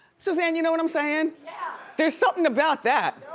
suzanne, you know what i'm saying? yeah. there's something about that.